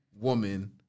woman